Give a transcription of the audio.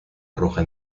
arroja